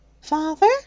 Father